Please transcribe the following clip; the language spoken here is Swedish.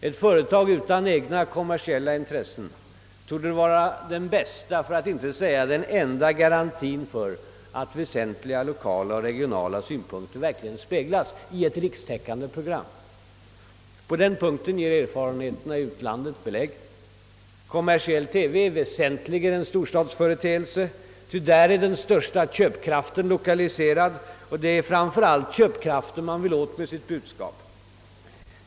Ett företag utan egna kommersiella intressen torde vara den bästa för att inte säga den enda garantien för att väsentliga lokala och regionala synpunkter verkligen speglas i ett rikstäckande program. Erfarenheterna i utlandet ger belägg härför. Kommersiell TV är väsentligen en storstadsföreteelse, eftersom den stora köpkraften är lokaliserad dit och eftersom det framför allt är köpkraften som man vill fånga in med sitt budskap.